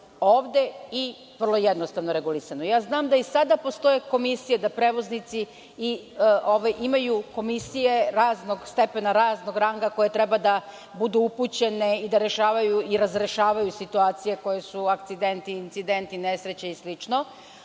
ovde i vrlo jednostavno regulisano. Znam da i sada postoje komisije, da prevoznici imaju komisije raznog stepena, raznog ranga koje treba da budu upućene i da rešavaju i da razrešavaju situacije koje su akcidenti, incidenti, nesreće i